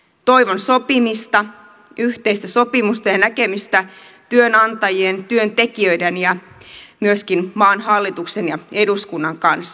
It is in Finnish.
toivon sopimista yhteistä sopimusta ja näkemystä työnantajien työntekijöiden ja myöskin maan hallituksen ja eduskunnan kanssa